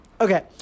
Okay